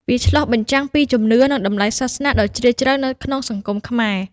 វាឆ្លុះបញ្ចាំងពីជំនឿ និងតម្លៃសាសនាដ៏ជ្រាលជ្រៅនៅក្នុងសង្គមខ្មែរ។